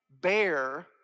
bear